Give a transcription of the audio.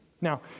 Now